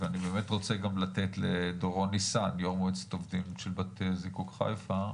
אני רוצה לתת לדורון ניסן יו"ר מועצת העובדים של בתי הזיקוק בחיפה.